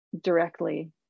directly